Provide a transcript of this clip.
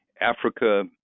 Africa